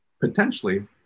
potentially